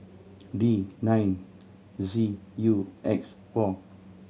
D nine Z U X four